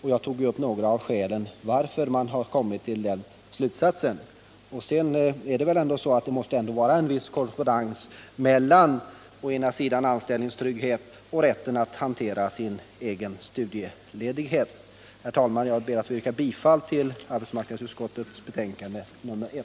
Jag tog upp några av skälen till att man kommit till denna slutsats. Sedan är det väl ändå så att det måste vara en viss korrespondens mellan anställningstryggheten och rätten att hantera sin egen studieledighet. Herr talman! Jag ber alltså att få yrka bifall till arbetsmarknadsutskottets hemställan i dess betänkande nr 1.